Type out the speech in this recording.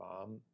mom